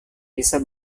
bisa